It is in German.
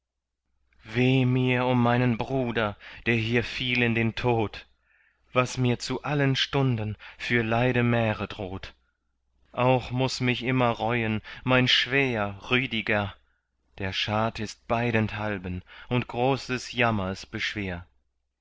weh mir um den bruder der fiel hier in den tod was mir zu allen stunden für leide märe droht auch muß ich mich immer reuen mein schwäher rüdiger der schad ist beidenthalben und großen jammers beschwer